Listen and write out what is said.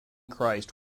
christ